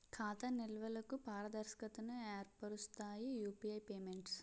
ఖాతా నిల్వలకు పారదర్శకతను ఏర్పరుస్తాయి యూపీఐ పేమెంట్స్